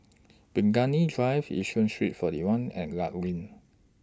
Burgundy Drive Yishun Street forty one and law LINK